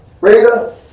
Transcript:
Rita